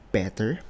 better